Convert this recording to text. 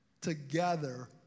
together